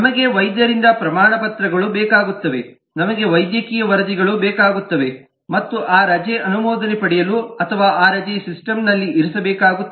ನಮಗೆ ವೈದ್ಯರಿಂದ ಪ್ರಮಾಣಪತ್ರಗಳು ಬೇಕಾಗುತ್ತವೆ ನಮಗೆ ವೈದ್ಯಕೀಯ ವರದಿಗಳು ಬೇಕಾಗುತ್ತವೆ ಮತ್ತು ಆ ರಜೆ ಅನುಮೋದನೆ ಪಡೆಯಲು ಅಥವಾ ಆ ರಜೆಯನ್ನು ಸಿಸ್ಟಮ್ನುಲ್ಲಿ ಇರಿಸ ಬೇಕಾಗುತ್ತದೆ